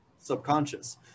subconscious